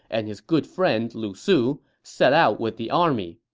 and his good friend lu su, set out with the army.